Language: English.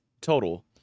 total